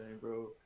bro